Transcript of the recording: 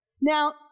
Now